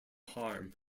harm